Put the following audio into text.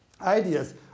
ideas